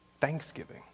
thanksgiving